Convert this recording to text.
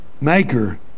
maker